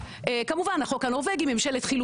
כמובן החוק הנורבגי, ממשלת חילופים.